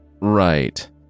Right